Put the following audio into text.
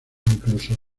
incluso